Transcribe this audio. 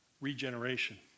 regeneration